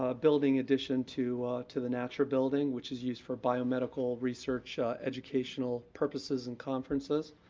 ah building addition to to the natcher building which is used for biomedical research educational purposes and conferences,